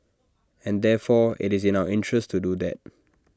and therefore IT is in our interest to do that